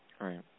Right